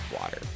water